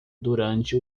durante